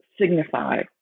signify